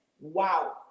Wow